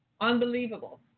Unbelievable